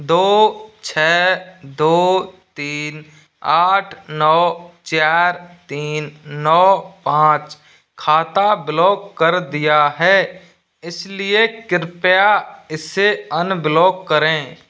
दो छः दो तीन आठ नौ चार तीन नौ पाँच खाता ब्लॉक कर दिया है इसलिए कृपया इसे अनब्लॉक करें